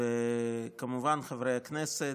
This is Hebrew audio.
וכמובן חברי הכנסת,